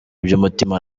by’umutima